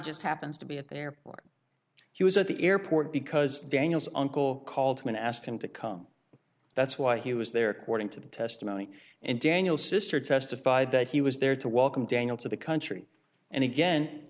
just happens to be at the airport he was at the airport because daniel's uncle called when asked him to come that's why he was there according to the testimony and daniel sr testified that he was there to welcome daniel to the country and again